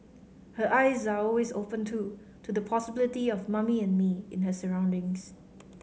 her eyes are always open too to the possibility of Mummy and Me in her surroundings